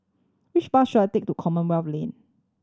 which bus should I take to Commonwealth Lane